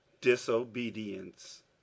disobedience